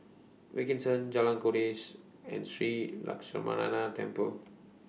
Wilkinson Jalan Kandis and Sri Temple